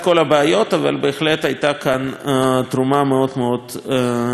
אבל בהחלט הייתה כאן תרומה חשובה מאוד מאוד.